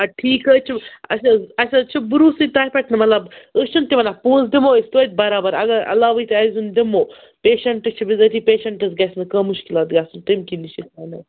اَدٕ ٹھیٖک حظ چھُ اَسہِ حظ اَسہِ حظ چھِ بروٗسٕے تۄہہِ پٮ۪ٹھ مطلب أسۍ چھِنہٕ تہِ وَنان پونٛسہٕ دِمو أسۍ توتہِ برابر اگر علاوٕے تہِ آسہِ دیُن دِمو پیشَنٹ چھِ بِزٲتی پیشَنٹَس گژھِ نہٕ کانٛہہ مُشکِلات گژھُن تٔمۍ کِنی چھِ أسۍ